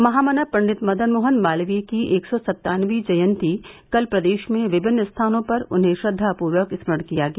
महामना पंडित मदन मोहन मालवीय की एक सौ सत्तावनवीं जयंती पर कल प्रदेश में विभिन्न स्थानों पर उन्हें श्रद्वापूर्वक स्मरण किया गया